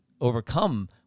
overcome